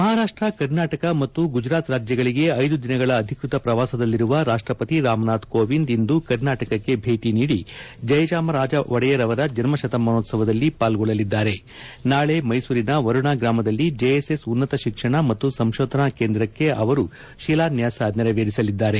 ಮಹಾರಾಷ್ಟ್ ಕರ್ನಾಟಕ ಮತ್ತು ಗುಜರಾತ್ ರಾಜ್ಯಗಳಿಗೆ ಐದು ದಿನಗಳ ಅಧಿಕೃತ ಪ್ರವಾಸದಲ್ಲಿರುವ ರಾಷ್ಟ್ರಪತಿ ರಾಮನಾಥ್ ಕೋವಿಂದ್ ಇಂದು ಕರ್ನಾಟಕಕ್ಕೆ ಭೇಟಿ ನೀಡಿ ಜಯಚಾಮರಾಜ ಒಡೆಯರ್ ಅವರ ಜನ್ಮ ಶತಮಾನೋತ್ಸವದಲ್ಲಿ ಪಾಲ್ಗೊಳ್ಳಲಿದ್ದಾರೆ ನಾಳೆ ಮೈಸೂರಿನ ವರುಣಾ ಗ್ರಾಮದಲ್ಲಿ ಜೆಎಸ್ಎಸ್ ಉನ್ನತ ಶಿಕ್ಷಣ ಮತ್ತು ಸಂಶೋಧನಾ ಕೇಂದ್ರಕ್ಕೆ ಅವರು ಶಿಲಾನ್ಯಾಸ ನೆರವೇರಿಸಲಿದ್ದಾರೆ